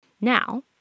Now